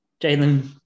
Jalen